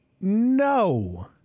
No